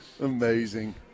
Amazing